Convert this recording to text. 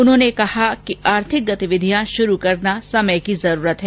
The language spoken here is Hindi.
उन्होंने कहा कि आर्थिक गतिविधियां शुरू करना समय की जरूरत है